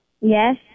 yes